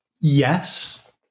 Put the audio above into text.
Yes